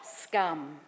scum